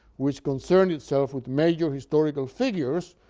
which concern itself with major historical figures,